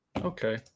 Okay